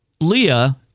Leah